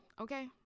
okay